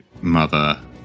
Mother